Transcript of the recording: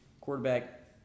quarterback